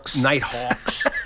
Nighthawks